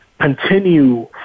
continue